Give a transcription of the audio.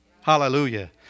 Hallelujah